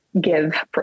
give